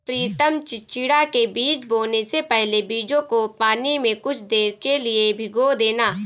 प्रितम चिचिण्डा के बीज बोने से पहले बीजों को पानी में कुछ देर के लिए भिगो देना